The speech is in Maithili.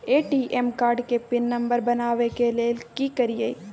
ए.टी.एम कार्ड के पिन नंबर बनाबै के लेल की करिए?